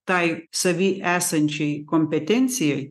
tai savy esančiai kompetencijai